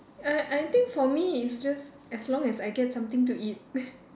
I I think for me it's just as long as I get something to eat